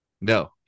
No